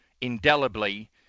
indelibly